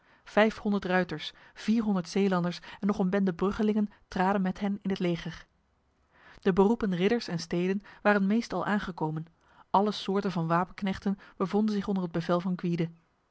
vijfhonderd ruiters vierhonderd zeelanders en nog een bende bruggelingen traden met hen in het leger de beroepen ridders en steden waren meest al aangekomen alle soorten van wapenknechten bevonden zich onder het bevel van